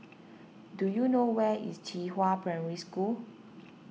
do you know where is Qihua Primary School